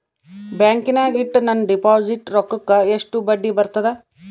ಬ್ಯಾಂಕಿನಾಗ ಇಟ್ಟ ನನ್ನ ಡಿಪಾಸಿಟ್ ರೊಕ್ಕಕ್ಕ ಎಷ್ಟು ಬಡ್ಡಿ ಬರ್ತದ?